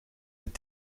het